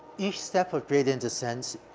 each step of gradient descent, ah,